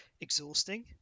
exhausting